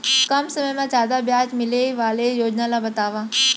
कम समय मा जादा ब्याज मिले वाले योजना ला बतावव